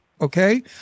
okay